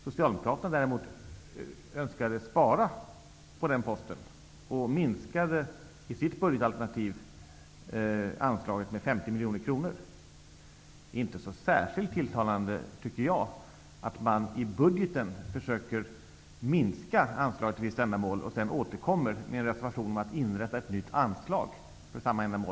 Socialdemokraterna önskade däremot spara på den posten och minskade anslaget med 50 miljoner kronor i sitt budgetalternativ. Det är inte särskilt tilltalande att man i budgeten försöker minska anslaget för ett visst ändamål och sedan återkommer med en reservation om att inrätta ett nytt anslag för samma ändamål.